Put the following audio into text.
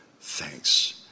thanks